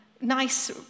nice